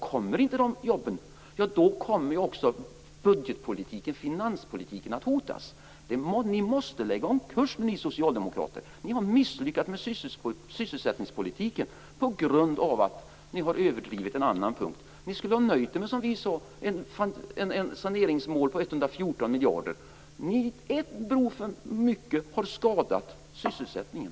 Kommer inte dessa jobb så kommer också budgetpolitiken, finanspolitiken, att hotas. Ni måste lägga om kurs, ni socialdemokrater. Ni har misslyckats med sysselsättningspolitiken på grund av att ni har överdrivit en annan punkt. Ni skulle ha nöjt er med det som vi sade: Ett saneringsmål på 114 miljarder. En bro för mycket har skadat sysselsättningen.